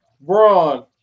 Braun